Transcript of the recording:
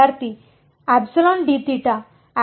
ವಿದ್ಯಾರ್ಥಿ ε dθ